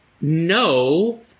No